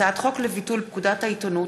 הצעת חוק לביטול פקודת העיתונות,